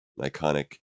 iconic